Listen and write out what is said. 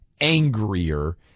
angrier